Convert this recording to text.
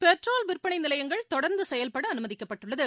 petrol விற்பனைநிலையங்கள் தொடர்ந்துசெயல்படஅனுமதிக்கப்பட்டுள்ளது